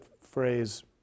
phrase